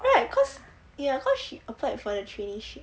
right cause ya cause she applied for the trainee ship